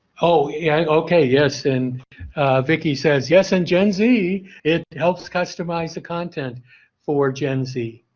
oh yeah, okay, yes and vicky says yes and gen z it helps customize the content for gen z.